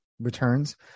returns